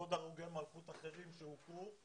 ועוד הרוגי מלכות אחרים שהוכרו,